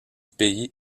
pays